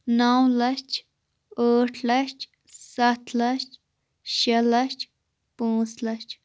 نَو لَچھ ٲٹھ لَچھ سَتھ لَچھ شیٚے لَچھ پانٛژھ لَچھ